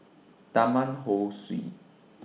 Taman Ho Swee